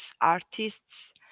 artists